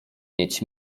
mieć